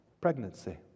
pregnancy